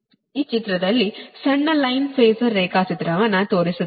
ಈ ಚಿತ್ರದಲ್ಲಿ ಸಣ್ಣ ಲೈನ್ ಫಾಸರ್ ರೇಖಾಚಿತ್ರವನ್ನು ತೋರಿಸುತ್ತೇನೆ